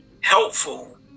helpful